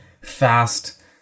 fast